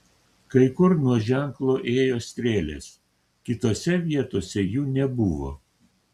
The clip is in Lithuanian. kai kur nuo ženklo ėjo strėlės kitose vietose jų nebuvo